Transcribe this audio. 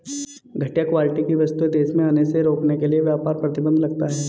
घटिया क्वालिटी की वस्तुएं देश में आने से रोकने के लिए व्यापार प्रतिबंध लगता है